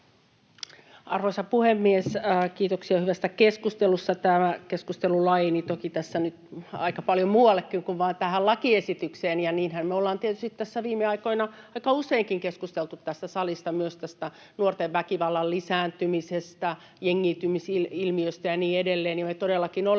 Arvoisa puhemies! Kiitoksia hyvästä keskustelusta. Tämä keskustelu laajeni toki tässä nyt aika paljon muuallekin kuin vain tähän lakiesitykseen, ja niinhän me ollaan tietysti tässä viime aikoina aika useinkin keskusteltu tässä salissa myös tästä nuorten väkivallan lisääntymisestä, jengiytymisilmiöstä ja niin edelleen.